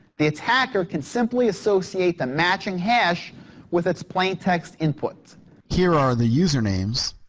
the attacker can simply associate the matching hash with it's plain text input here are the usernames